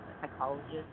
psychologist